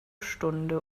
stunde